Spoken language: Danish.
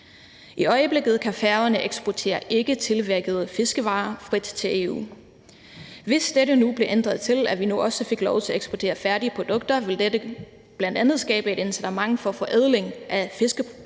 I øjeblikket kan Færøerne eksportere ikketilvirkede fiskevarer frit til EU. Hvis dette blev ændret til, at vi nu også fik lov til at eksportere færdige produkter, ville dette bl.a. skabe et incitament til forædling af fiskeriprodukter,